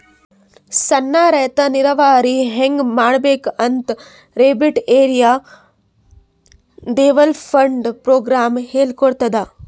ಸಣ್ಣ್ ರೈತರ್ ನೀರಾವರಿ ಹೆಂಗ್ ಮಾಡ್ಬೇಕ್ ಅಂತ್ ರೇನ್ಫೆಡ್ ಏರಿಯಾ ಡೆವಲಪ್ಮೆಂಟ್ ಪ್ರೋಗ್ರಾಮ್ ಹೇಳ್ಕೊಡ್ತಾದ್